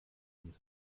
und